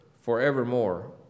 forevermore